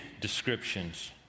descriptions